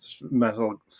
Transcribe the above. metal